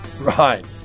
right